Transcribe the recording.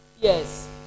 Yes